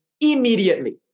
immediately